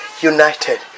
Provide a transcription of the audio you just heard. united